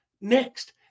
next